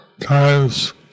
times